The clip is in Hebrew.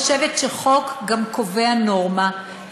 ואני חושבת שחוק גם קובע נורמה,